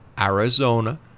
Arizona